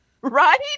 Right